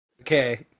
Okay